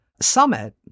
summit